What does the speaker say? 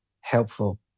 helpful